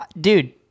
Dude